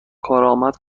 کار